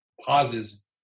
pauses